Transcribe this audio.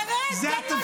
תגיד לי, מה זה?